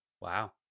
Wow